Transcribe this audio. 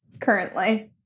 currently